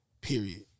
period